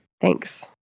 thanks